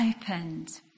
opened